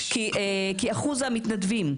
כי אחוז המתנדבים,